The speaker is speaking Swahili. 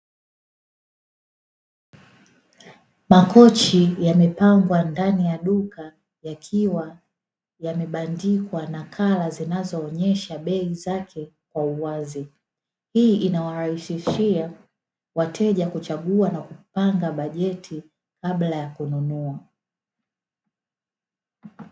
Makochi yamepangwa ndani ya duka, yakiwa yamebandikwa nakala zinazoonyesha bei zake kwa uwazi. Hii inawarahisishia wateja kuchagua na kupanga bajeti kabla ya kununua.